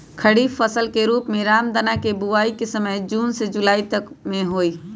खरीफ फसल के रूप में रामदनवा के बुवाई के समय जून से जुलाई तक में हई